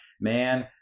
man